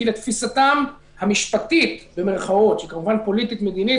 כי לתפיסתם "המשפטית" שהיא כמובן פוליטית מדינית,